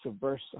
versa